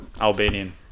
Albanian